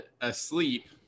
asleep